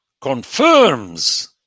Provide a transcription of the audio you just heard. confirms